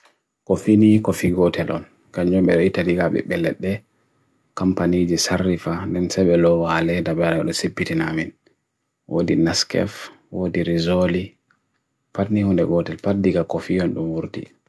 Ngeloba ɓe suufere fiinooko ɓe njaha ha nafoore, kanko heɓi hokkita miijeeji subongu laawol, nefaama e kiiki ndiyanji.